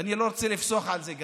אני לא רוצה לפסוח על זה,